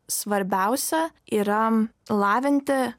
svarbiausia yra lavinti